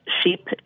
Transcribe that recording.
sheep